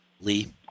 lee